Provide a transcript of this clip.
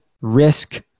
risk